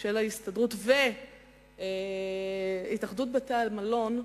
של ההסתדרות והתאחדות בתי-המלון,